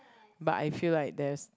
but I feel like there's